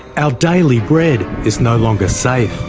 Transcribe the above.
our daily bread is no longer safe.